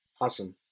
Awesome